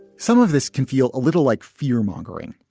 some of this can feel a little like fear mongering,